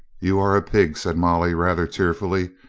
you are a pig, said molly rather tearfully,